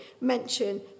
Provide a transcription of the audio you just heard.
mention